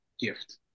gift